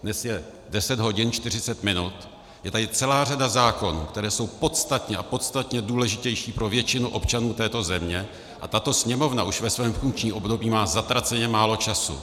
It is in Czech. Dnes je 10 hodin 40 minut, je tady celá řada zákonů, které jsou podstatně, podstatně důležitější pro většinu občanů této země, a tato Sněmovna už ve svém funkčním období má zatraceně málo času.